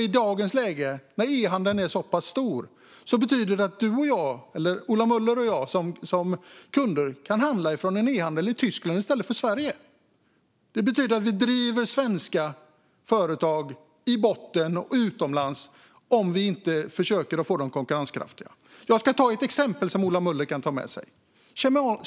I dagens läge, när e-handeln är så pass stor, betyder det att Ola Möller och jag, som kunder, kan handla från en ehandel i Tyskland i stället för i Sverige. Det betyder att vi driver svenska företag i botten och utomlands om vi inte försöker få dem konkurrenskraftiga. Jag ska ta ett exempel som Ola Möller kan ta med sig.